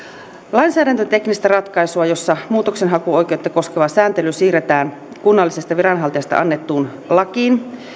lainsäädäntöteknistä ratkaisua jossa muutoksenhakuoikeutta koskeva sääntely siirretään kunnallisesta viranhaltijasta annettuun lakiin